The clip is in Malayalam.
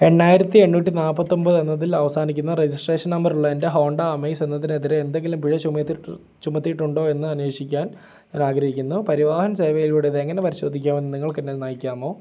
എണ്ണായിരത്തി എണ്ണൂറ്റി നാല്പത്തിയൊന്പത് എന്നതിൽ അവസാനിക്കുന്ന രജിസ്ട്രേഷൻ നമ്പറുള്ള എൻ്റെ ഹോണ്ട അമേസ് എന്നതിനെതിരെ എന്തെങ്കിലും പിഴ ചുമത്തിയിട്ടുണ്ടോയെന്ന് അന്വേഷിക്കാൻ ഞാനാഗ്രഹിക്കുന്നു പരിവാഹൻ സേവയിലൂടെ ഇത് എങ്ങനെ പരിശോധിക്കാമെന്നു നിങ്ങൾക്കെന്നെ നയിക്കാമോ